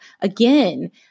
Again